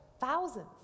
thousands